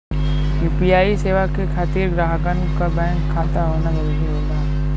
UPI सेवा के खातिर ग्राहकन क बैंक खाता होना जरुरी होला